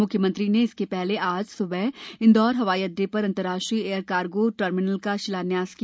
मुख्यमंत्री ने इससे पहले आज स्बह इंदौर हवाई अड्डे पर अंतर्राष्ट्रीय एयर कार्गो टर्मिनल का शिलान्यास किया